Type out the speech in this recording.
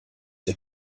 der